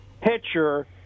pitcher